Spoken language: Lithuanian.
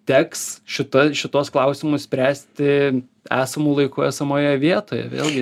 teks šita šituos klausimus spręsti esamu laiku esamoje vietoje vėlgi